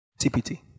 TPT